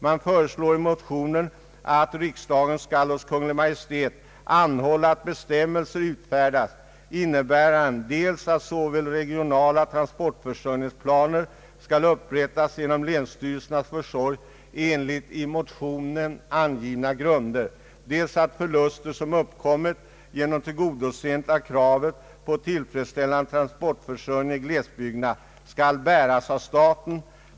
Man föreslår i motionen att riksdagen skall hos Kungl. Maj:t anhålla att bestämmelser utfärdas, innebärande dels att såväl regionala transportförsörjningsplaner skall upprättas genom länsstyrelsernas försorg enligt i motionen angivna grun der, dels att förluster som uppkommer genom tillgodoseende av kravet på tillfredsställande transportförsörjning i glesbygderna skall bäras av staten.